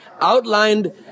outlined